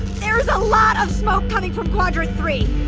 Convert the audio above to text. there's a lot of smoke coming from quadrant three!